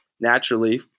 naturally